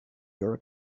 your